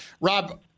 Rob